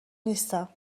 نیستم